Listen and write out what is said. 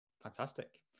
fantastic